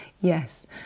Yes